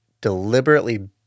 deliberately